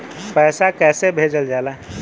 पैसा कैसे भेजल जाला?